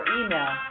email